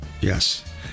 yes